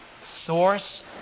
Source